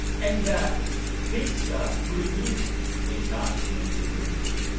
and this free tuition is not in any way going to